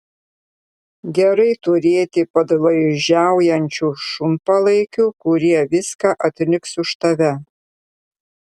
gerai turėti padlaižiaujančių šunpalaikių kurie viską atliks už tave